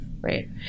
right